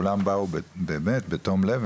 כולם באו באמת בתום לב,